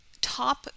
top